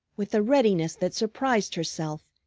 with a readiness that surprised herself,